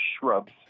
shrubs